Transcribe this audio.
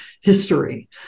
history